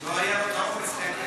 אפילו לא היה לו האומץ להגיע לכאן.